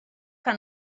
que